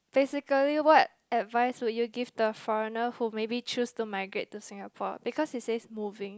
basically what advice would you give the foreigner who maybe choose to migrate to Singapore because it says moving